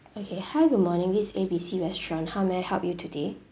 okay hi good morning this is A B C restaurant how may I help you today